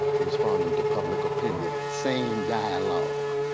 responding to public opinion same dialogue.